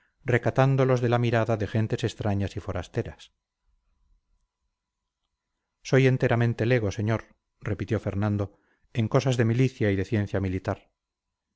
recatándolos de la mirada de gentes extrañas y forasteras soy enteramente lego señor repitió fernando en cosas de milicia y de ciencia militar